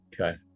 Okay